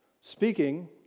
speaking